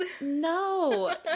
No